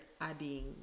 adding